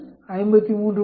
86 53